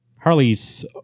Harley's